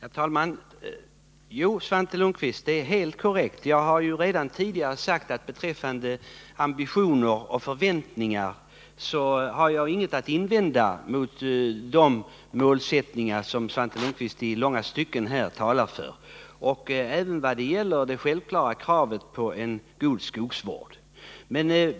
Herr talman! Jo, Svante Lundkvist, det är helt korrekt. Jag har redan tidigare sagt att jag i långa stycken inte har någonting att invända mot de ambitioner och förväntningar som Svante Lundkvist talar för. Det gäller även det självklara kravet på en god skogsvård.